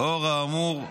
לאור האמור,